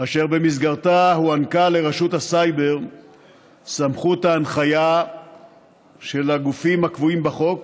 אשר במסגרתה הוענקה לרשות הסייבר סמכות ההנחיה של הגופים הקבועים בחוק